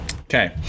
okay